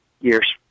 years